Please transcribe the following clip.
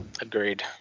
Agreed